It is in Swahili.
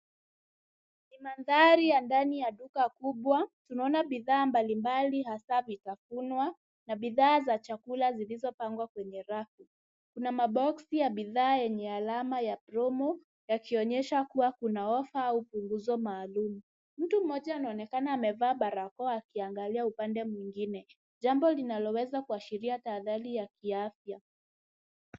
Ni mandhari ya ndani ya duka kubwa. Tunaona bidhaa mbalimbali hasa vitafunwa na bidhaa za chakula zilizopangwa kwenye rafu. Kuna maboksi ya bidhaa yenye alama ya promo yakionyesha kuwa kuna ofa au punguzo maalum. Mtu mmoja anaonekana amevaa barakoa akiangalia upande mwingine, jambo linaloweza kuashiria tahadhari ya kiafya.